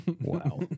Wow